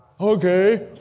Okay